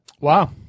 Wow